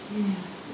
yes